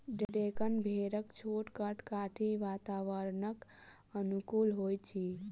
डेक्कन भेड़क छोट कद काठी वातावरणक अनुकूल होइत अछि